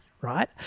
right